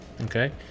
Okay